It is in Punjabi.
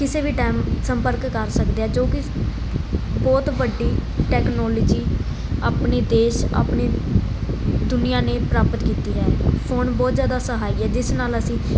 ਕਿਸੇ ਵੀ ਟਾਈਮ ਸੰਪਰਕ ਕਰ ਸਕਦੇ ਹਾਂ ਜੋ ਕਿ ਬਹੁਤ ਵੱਡੀ ਟੈਕਨੋਲਜੀ ਆਪਣੇ ਦੇਸ਼ ਆਪਣੇ ਦੁਨੀਆ ਨੇ ਪ੍ਰਾਪਤ ਕੀਤੀ ਹੈ ਫੋਨ ਬਹੁਤ ਜ਼ਿਆਦਾ ਸਹਾਈ ਹੈ ਜਿਸ ਨਾਲ ਅਸੀਂ